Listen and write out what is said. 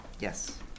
Yes